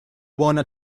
wanna